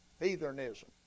Heathenism